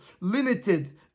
limited